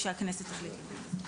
כשהכנסת תחליט.